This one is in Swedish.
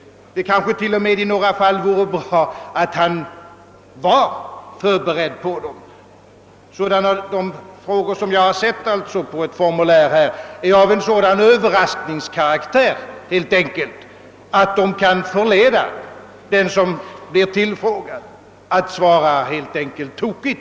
Det kanske t.o.m. i några fall vore bra att han var förberedd på frågorna. De frågor jag sett på ett formulär är av sådan Ööverraskningskaraktär, att de kan förleda den som blir tillfrågad att helt enkelt svara fel.